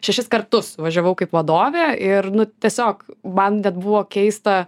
šešis kartus važiavau kaip vadovė ir nu tiesiog man net buvo keista